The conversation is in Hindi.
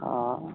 हाँ